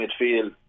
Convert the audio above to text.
midfield